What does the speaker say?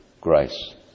grace